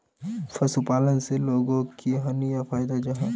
पशुपालन से लोगोक की हानि या फायदा जाहा?